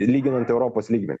lyginant europos lygmeniu